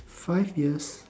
five years